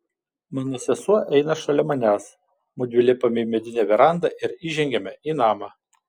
mano sesuo eina šalia manęs mudvi lipame į medinę verandą ir įžengiame į namą